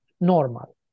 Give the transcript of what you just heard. normal